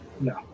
No